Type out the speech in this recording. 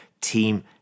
team